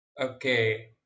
Okay